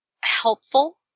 helpful